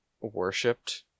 worshipped